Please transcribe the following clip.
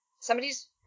somebody's